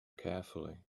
carefully